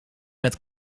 met